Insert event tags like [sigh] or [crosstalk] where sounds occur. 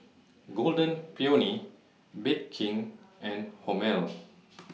Golden Peony Bake King and Hormel [noise]